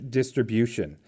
distribution